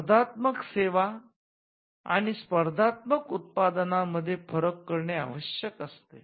स्पर्धात्मक सेवा आणि स्पर्धात्मक उत्पादनांमध्ये फरक करणे आवश्यक असते